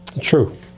true